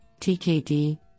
TKD